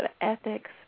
ethics